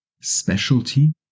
specialty